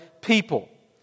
people